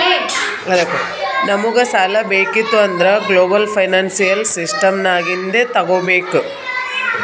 ನಮುಗ್ ಸಾಲಾ ಬೇಕಿತ್ತು ಅಂದುರ್ ಗ್ಲೋಬಲ್ ಫೈನಾನ್ಸಿಯಲ್ ಸಿಸ್ಟಮ್ ನಾಗಿಂದೆ ತಗೋಬೇಕ್